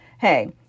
Hey